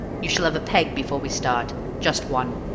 you shall have a peg before we start just one.